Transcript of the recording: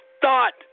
thought